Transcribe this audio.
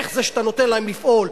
איך זה שאתה נותן להם לפעול?